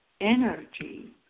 energy